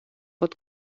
pot